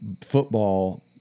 football